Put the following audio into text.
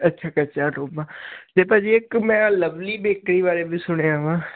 ਤੇ ਭਾਅ ਜੀ ਇੱਕ ਮੈਂ ਲਵਲੀ ਮੈਂ ਕਈ ਵਾਰ ਵੀ ਸੁਣਿਆ ਵਾ